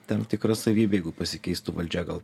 tam tikra savybė jeigu pasikeistų valdžia gal